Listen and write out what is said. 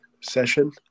session